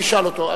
אני אשאל אותו.